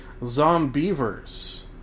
Zombievers